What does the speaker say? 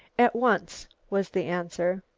at once, was the answer.